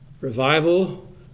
revival